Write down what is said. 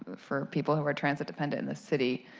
for people who are transit dependent in the city,